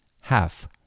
half